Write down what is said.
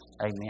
Amen